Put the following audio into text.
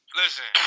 listen